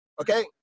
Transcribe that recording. okay